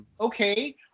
okay